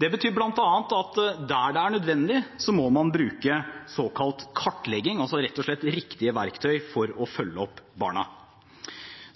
Det betyr bl.a. at der det er nødvendig, må man bruke såkalt kartlegging, altså rett og slett riktige verktøy, for å følge opp barna.